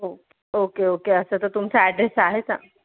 okay okay okay असं तर तुमचा ॲड्रेस आहेच आम